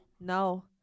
No